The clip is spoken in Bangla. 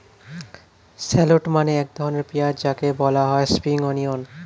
শ্যালোট মানে এক ধরনের পেঁয়াজ যাকে বলা হয় স্প্রিং অনিয়ন